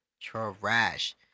trash